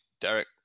Derek